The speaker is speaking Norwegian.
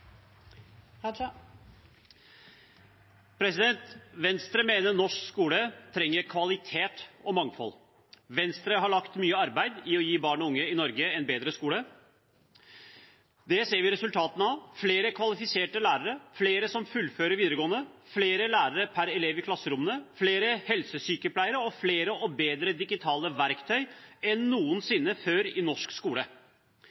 Venstre mener at norsk skole trenger kvalitet og mangfold. Venstre har lagt mye arbeid i å gi barn og unge i Norge en bedre skole. Det ser vi resultatene av: flere kvalifiserte lærere, flere som fullfører videregående, flere lærere per elev i klasserommene, flere helsesykepleiere og flere og bedre digitale verktøy enn